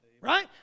right